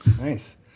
Nice